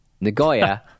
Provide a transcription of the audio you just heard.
Nagoya